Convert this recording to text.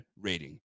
rating